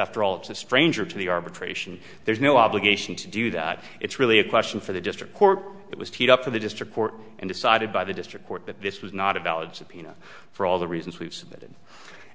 after all it's a stranger to the arbitration there's no obligation to do that it's really a question for the district court it was teed up for the district court and decided by the district court of this was not a valid subpoena for all the reasons we've submitted